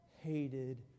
hated